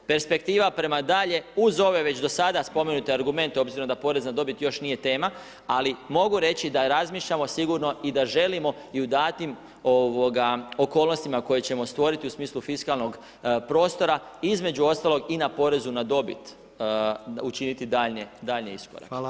Perspektiva prema dalje, uz ove već do sada spomenute argumente, obzirom da porez na dobit još nije tema, ali mogu reći da razmišljamo sigurno i da želimo i u datim okolnostima koje ćemo stvoriti u smislu fiskalnog prostora, između ostalog i na porezu na dobit učiniti daljnje iskorake.